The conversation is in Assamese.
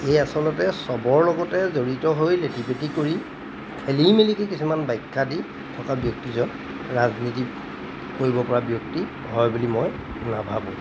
এই আচলতে চবৰ লগতে জড়িত হৈ লেটিপেটি কৰি খেলিমেলিকৈ কিছুমান বাখ্যা দি থকা ব্যক্তিজন ৰাজনীতি কৰিবপৰা ব্যক্তি হয় বুলি মই নাভাবোঁ